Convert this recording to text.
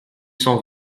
cent